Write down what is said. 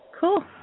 Cool